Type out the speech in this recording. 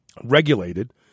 regulated